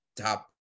top